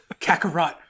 Kakarot